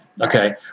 Okay